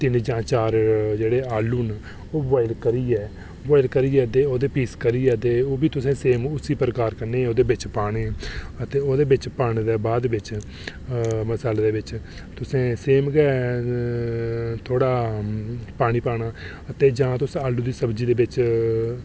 तिन जां चार जां जेह्ड़े आलू न ओह् बोआइल करियै बोआइल करियै ते पीस करियै ते पीस करियै ते ओह् बी तुसें उस्सै प्रकार कन्नै ओह्दे बिच पाने अते ओह्दे बिच पाने बाद बिच मसाले दे बिच तुसें थोह्ड़ा पानी पाना अते जां तुस आलू दी सब्जी दे बिच